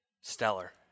Stellar